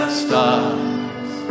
stars